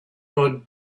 would